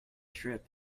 trip